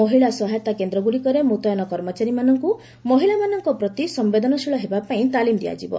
ମହିଳା ସହାୟତା କେନ୍ଦ୍ରଗୁଡ଼ିକରେ ମୁତୟନ କର୍ମଚାରୀମାନଙ୍କୁ ମହିଳାମାନଙ୍କ ପ୍ରତି ସମ୍ବେଦନଶୀଳ ହେବା ପାଇଁ ତାଲିମ ଦିଆଯିବ